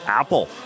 apple